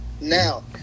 Now